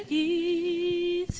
e